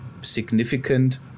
significant